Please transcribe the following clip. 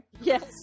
Yes